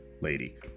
lady